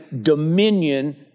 dominion